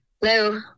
Hello